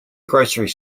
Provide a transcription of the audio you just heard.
groceries